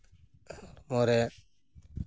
ᱦᱚᱲᱢᱚ ᱨᱮ